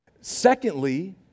Secondly